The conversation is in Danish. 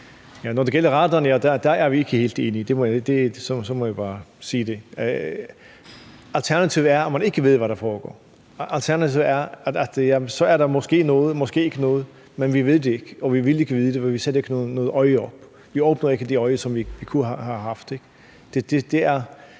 Når det gælder radarerne, er vi ikke helt enige. Sådan må jeg bare sige det. Alternativet er, at man ikke ved, hvad der foregår. Alternativet er, at der måske er noget eller ikke er noget, men vi ved det ikke, og vi vil ikke vide det, for vi sætter ikke noget øje op. Vi åbner ikke det øje, som vi kunne have haft.